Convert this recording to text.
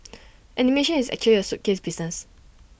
animation is actually A suitcase business